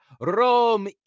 Rome